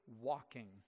walking